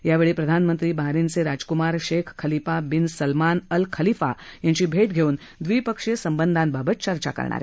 यावेळी प्रधानमंत्री बहारिनचे राजकूमार Sheikh Khalifa bin Salman Al Khalifa यांची भेट घेऊन दविपक्षीय संबंधाबाबत चर्चा करतील